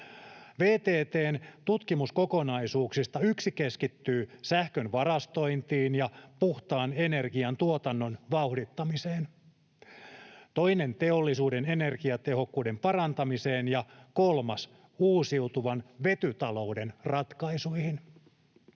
VTT:n tutkimuskokonaisuuksista yksi keskittyy sähkön varastointiin ja puhtaan energiantuotannon vauhdittamiseen, toinen teollisuuden energiatehokkuuden parantamiseen ja kolmas uusiutuvan vetytalouden ratkaisuihin.